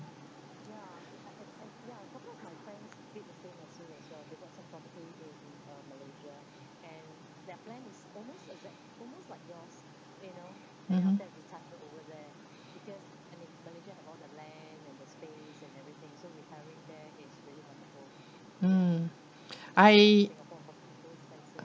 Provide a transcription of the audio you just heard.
mmhmm mm I